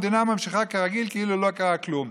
המדינה ממשיכה כרגיל כאילו לא קרה כלום.